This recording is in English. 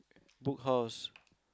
Book House